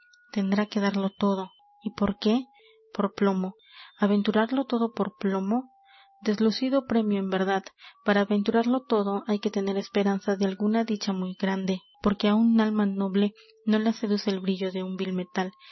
tendrá que darlo todo y por qué por plomo aventurarlo todo por plomo deslucido premio en verdad para aventurarlo todo hay que tener esperanza de alguna dicha muy grande porque á un alma noble no la seduce el brillo de un vil metal